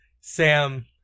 Sam